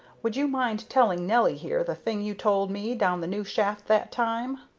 would you mind telling nelly here the thing you told me down the new shaft that time?